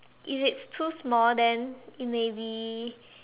if it's too small then it may be